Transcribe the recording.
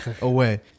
away